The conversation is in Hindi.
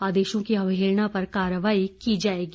आदेशों की अवहेलना पर कार्रवाही की जाएगी